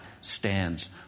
stands